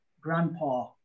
grandpa